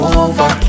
over